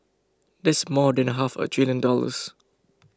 that's more than half a trillion dollars